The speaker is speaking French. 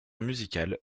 musical